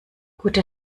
gute